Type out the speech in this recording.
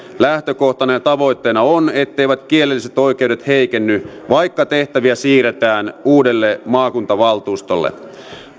lähtökohtana ja tavoitteena on etteivät kielelliset oikeudet heikenny vaikka tehtäviä siirretään uudelle maakuntavaltuustolle